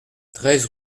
treize